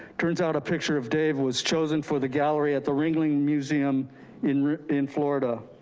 turns out a picture of dave was chosen for the gallery at the ringling museum in in florida.